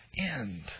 end